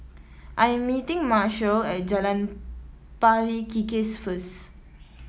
I am meeting Marshall at Jalan Pari Kikis first